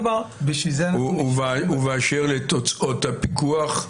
ובאשר לתוצאות הפיקוח?